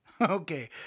Okay